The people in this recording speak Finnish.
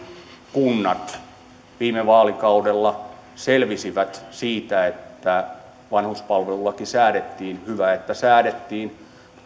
kunnat viime vaalikaudella selvisivät siitä että vanhuspalvelulaki säädettiin hyvä että säädettiin